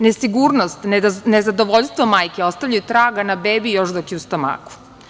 Nesigurnost, nezadovoljstvo majke ostavljaju traga na bebi još dok je u stomaku.